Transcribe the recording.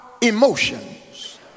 emotions